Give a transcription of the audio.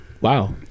Wow